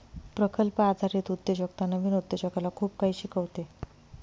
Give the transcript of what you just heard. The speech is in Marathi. प्रकल्प आधारित उद्योजकता नवीन उद्योजकाला खूप काही शिकवते